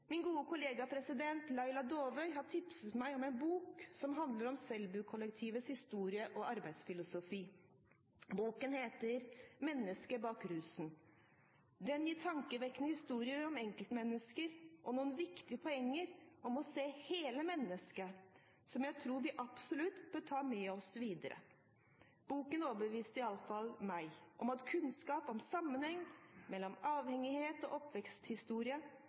Min gode kollega Laila Dåvøy har tipset meg om en bok som handler om Selbukollektivets historie og arbeidsfilosofi. Boken heter «Mennesket bak rusen». Den gir tankevekkende historier om enkeltmennesker og noen viktige poenger som å se hele mennesket, noe jeg tror vi absolutt bør ta med oss videre. Boken overbeviste i alle fall meg om at kunnskap om sammenhengen mellom avhengighet og